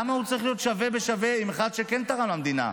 למה הוא צריך להיות שווה בשווה עם אחד שכן תרם למדינה?